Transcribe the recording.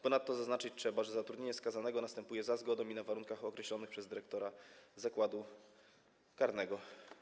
Ponadto zaznaczyć trzeba, że zatrudnienie skazanego następuje za zgodą i na warunkach określonych przez dyrektora zakładu karnego.